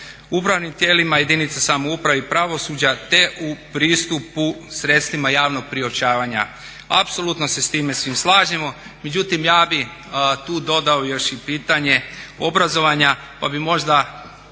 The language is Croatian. upravnim tijelima, jedinica samoupravi i pravosuđa te u pristupu sredstvima javnog priopćavanja. Apsolutno se sa time svim slažemo, međutim, ja bih tu dodao još i pitanje obrazovanja pa bi možda